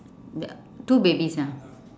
uh two babies ah